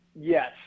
Yes